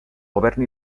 govern